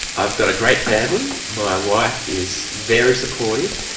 i've got a great family, my wife is very supportive,